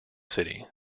city